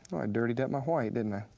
dirtied up my white, didn't i?